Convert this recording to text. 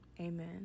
Amen